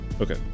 Okay